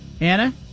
Anna